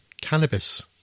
cannabis